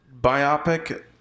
biopic